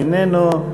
איננו,